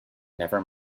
never